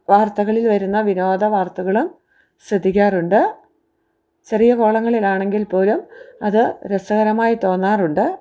വാർത്തകളിൽ വരുന്ന വിനോദ വാർത്തകൾ ശ്രദ്ധിക്കാറുണ്ട് ചെറിയ കോളങ്ങളിൽ ആണെങ്കിൽ പോലും അത് രസകരമായി തോന്നാറുണ്ട്